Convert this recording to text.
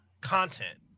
content